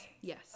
yes